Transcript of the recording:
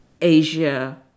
Asia